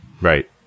Right